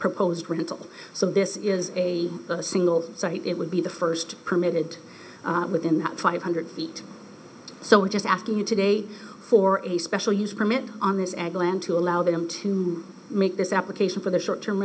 proposed rental so this is a single site it would be the first permitted within that five hundred feet so we're just asking you today for a special use permit on this egg land to allow them to make this application for the short term